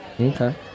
Okay